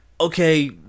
okay